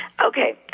Okay